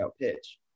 pitch